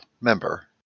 member